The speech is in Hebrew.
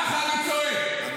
בחיים לא תבין את